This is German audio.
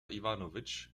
iwanowitsch